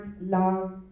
love